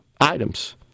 items